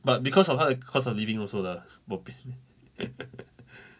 but because of higher cost of living also lah bo pian